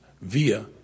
via